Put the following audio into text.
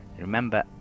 Remember